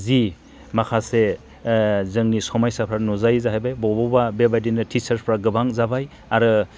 जि माखासे जोंनि समयसाफोर नुजायो जाहैबाय बबावबा बेबादिनो टिचारसफ्रा गोबां जाबाय आरो